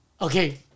Okay